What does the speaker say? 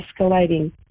escalating